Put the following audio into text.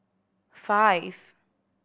five